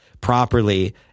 properly